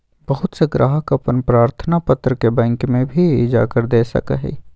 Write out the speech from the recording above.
बहुत से ग्राहक अपन प्रार्थना पत्र के बैंक में भी जाकर दे सका हई